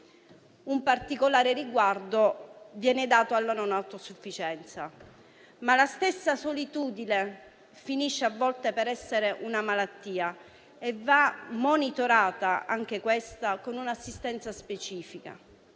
Un particolare riguardo viene dato alla non autosufficienza. Ma la stessa solitudine finisce a volte per essere una malattia e va monitorata con un'assistenza specifica.